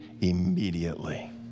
immediately